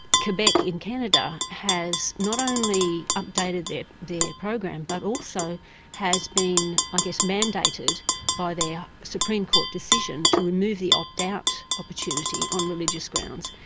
quebec in canada has not only updated their program but also has been, i guess, mandated by their supreme court decision to remove the opt-out opportunity on religious grounds,